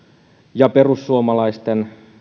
ja perussuomalaisten